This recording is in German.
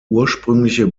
ursprüngliche